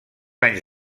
anys